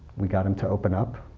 we got him to open up